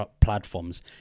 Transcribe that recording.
platforms